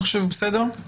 תחשבו על זה, בסדר?